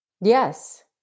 yes